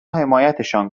حمایتشان